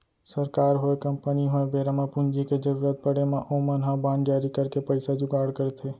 सरकार होय, कंपनी होय बेरा म पूंजी के जरुरत पड़े म ओमन ह बांड जारी करके पइसा जुगाड़ करथे